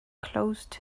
closed